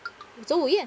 中午炎